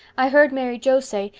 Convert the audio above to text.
i heard mary joe say,